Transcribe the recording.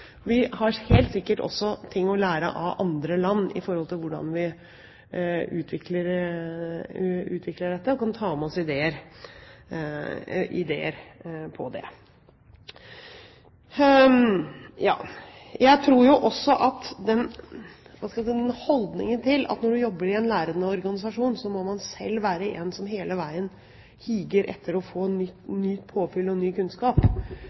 andre land når det gjelder hvordan vi utvikler dette, og kan ta med oss ideer om det. Jeg tror også at den holdningen at når man jobber i en lærende organisasjon, må man selv være en som hele veien higer etter å få nytt påfyll og ny kunnskap,